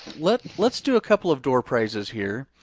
let's let's do a couple of door prizes here.